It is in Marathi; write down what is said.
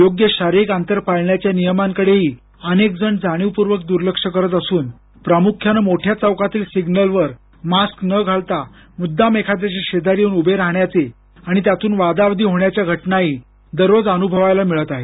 योग्य शारीरिक अंतर पाळण्याच्या नियमांकडेही अनेक जण जाणीवपूर्वक दुर्लक्ष करत असून प्रामुख्यानं मोठ्या चौकातील सिग्नलवर मास्क न घालता मुद्दाम एखाद्याच्या शेजारी येऊन उभे राहण्याचे आणि त्यातून वादावादी होण्याच्या घटनाही दररोज अनुभवायला मिळत आहेत